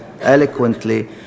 eloquently